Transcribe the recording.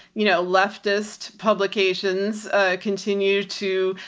you know, leftist publications ah continue to,